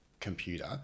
computer